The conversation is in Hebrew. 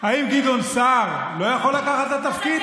האם גדעון סער לא יכול לקחת את התפקיד?